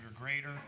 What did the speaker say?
greater